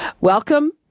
Welcome